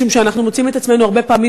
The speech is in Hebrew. משום שאנחנו מוצאים את עצמנו הרבה פעמים